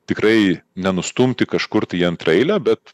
tikrai nenustumti kažkur tai į antraeilę bet